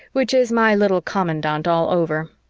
which is my little commandant all over.